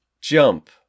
Jump